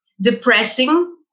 depressing